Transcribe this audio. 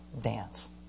dance